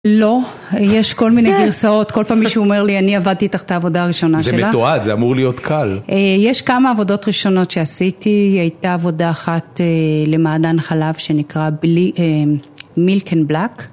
לא, יש כל מיני גרסאות, כל פעם מישהו אומר לי אני עבדתי תחת העבודה הראשונה שלה. זה מתועד, זה אמור להיות קל. יש כמה עבודות ראשונות שעשיתי, הייתה עבודה אחת למעדן חלב שנקרא מילקן בלאק